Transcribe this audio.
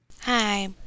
Hi